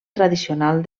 tradicional